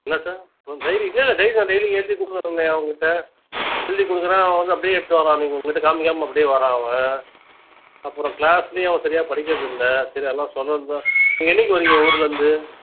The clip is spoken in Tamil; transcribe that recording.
என்னத்த மேம் டைரி இல்லைல்ல டைரி தான் டெய்லி எழுதிக் கொடுக்க சொன்னேனே அவன்கிட்டே எழுதிக் கொடுக்குறேன் அவன் வந்து அப்படியே எடுத்துட்டு வரான் நீங்கள் உங்கக்கிட்டே காமிக்காமல் அப்படியே வரான் அவன் அப்புறம் கிளாஸ்லியே அவன் சரியா படிக்கிறதில்லை சரி அதெல்லாம் சொல்லணும் தான் நீங்கள் என்னைக்கு வர்றீங்க ஊரிலேருந்து